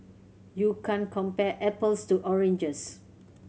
you can't compare apples to oranges